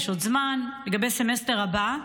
יש עוד זמן לגבי הסמסטר הבא.